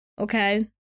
okay